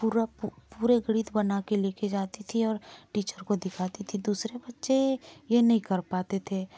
पूरा पूरे गणित बना के लेके जाती थी और टीचर को दिखाती थी दूसरे बच्चे ये नहीं कर पाते थे